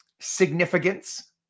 significance